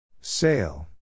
Sail